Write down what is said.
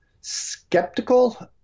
skeptical